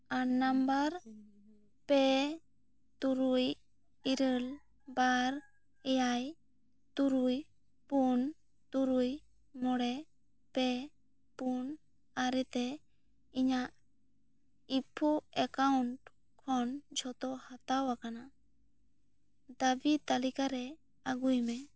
ᱟᱱ ᱱᱟᱢᱵᱟᱨ ᱯᱮ ᱛᱩᱨᱩᱭ ᱤᱨᱟᱹᱞ ᱵᱟᱨ ᱮᱭᱟᱭ ᱛᱩᱨᱩᱭ ᱯᱩᱱ ᱛᱩᱨᱩᱭ ᱢᱚᱬᱮ ᱯᱮ ᱯᱩᱱ ᱟᱨᱮ ᱛᱮ ᱤᱧᱟᱹᱜ ᱤᱯᱷᱳ ᱮᱠᱟᱣᱩᱱᱴ ᱠᱷᱚᱱ ᱡᱚᱛᱚ ᱦᱟᱛᱟᱣ ᱟᱠᱟᱱᱟ ᱫᱟᱹᱵᱤ ᱛᱟᱹᱞᱤᱠᱟ ᱨᱮ ᱟᱹᱜᱩᱭ ᱢᱮ